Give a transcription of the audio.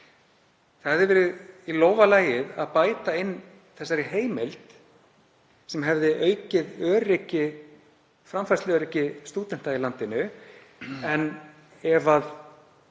Þeim hefði verið í lófa lagið að bæta inn þessari heimild sem hefði aukið framfærsluöryggi stúdenta í landinu. Ef